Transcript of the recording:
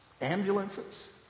ambulances